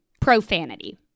Profanity